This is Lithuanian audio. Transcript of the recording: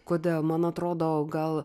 kodėl man atrodo gal